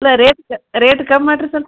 ಇಲ್ಲ rate rate ಕಮ್ಮಿ ಮಾಡಿರಿ ಸ್ವಲ್ಪ್